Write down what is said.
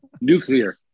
nuclear